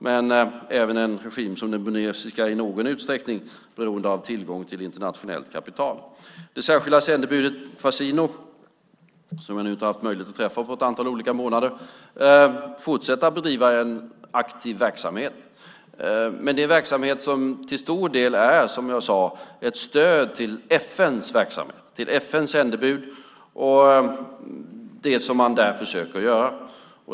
Men även en regim som den burmesiska är i någon utsträckning beroende av tillgång till internationellt kapital. Det särskilda sändebudet Fassino, som jag inte haft möjlighet att träffa på ett antal månader, fortsätter att bedriva en aktiv verksamhet. Men det är en verksamhet som till stor del är, som jag sade, ett stöd till FN:s verksamhet, till FN:s sändebud och till det man där försöker göra.